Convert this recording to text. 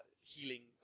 healing